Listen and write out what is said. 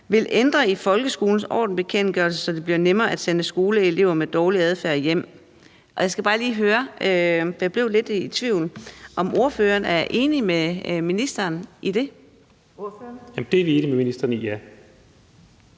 vil ændre i folkeskolens ordensbekendtgørelse, så det bliver nemmere at sende skoleelever med dårlig adfærd hjem.« Jeg skal bare lige høre, for jeg blev lidt i tvivl, om ordføreren er enig med ministeren i det. Kl. 18:07 Den fg. formand (Birgitte